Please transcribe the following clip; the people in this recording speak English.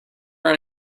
run